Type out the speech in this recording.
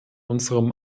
unserem